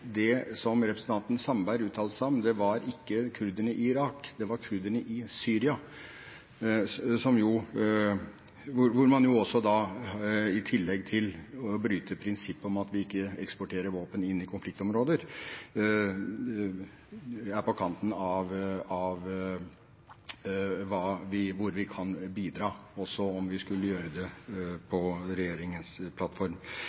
representanten Sandberg uttalte seg om, var ikke kurderne i Irak, det var kurderne i Syria, hvor man også da i tillegg til å bryte prinsippet om at vi ikke eksporterer våpen inn i konfliktområder, er på kanten av hvor vi kan bidra, også om vi skulle gjøre det på regjeringens plattform.